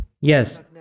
Yes